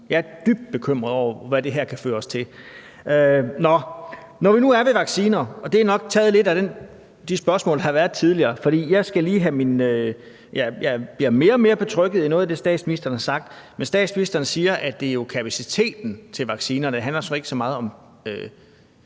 Jeg er dybt bekymret over, hvad det her kan føre til. Nå, nu er vi ved vacciner – og det er nok taget lidt ud fra de spørgsmål, der har været tidligere – bliver jeg bliver mere og mere betrygget af noget af det, statsministeren har sagt. Men statsministeren siger, at det jo handler om kapaciteten i forhold til vaccinerne, og at det ikke så meget